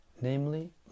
namely